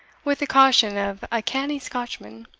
with the caution of a canny scotchman,